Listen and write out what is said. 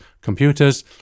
computers